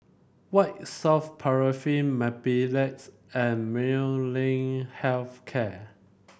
White Soft Paraffin Mepilex and Molnylcke Health Care